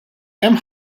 hemm